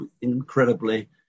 incredibly